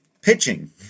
pitching